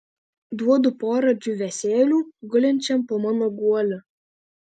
duodu porą džiūvėsėlių gulinčiam po mano guoliu